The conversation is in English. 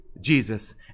Jesus